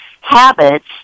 habits